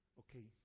okay